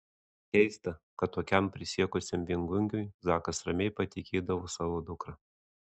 keista kad tokiam prisiekusiam viengungiui zakas ramiai patikėdavo savo dukrą